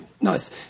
Nice